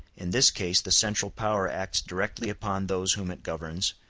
in this case the central power acts directly upon those whom it governs,